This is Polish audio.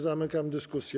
Zamykam dyskusję.